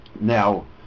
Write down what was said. Now